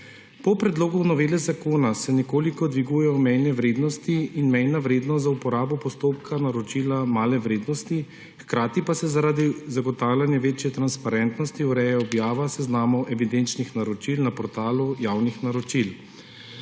Po predlogu novele zakona se nekoliko dvigujejo mejne vrednosti in mejna vrednost za uporabo postopka naročila male vrednosti, hkrati pa se zaradi zagotavljanja večje transparentnosti ureja objava seznamov evidenčnih naročil na portalu javnih naročil.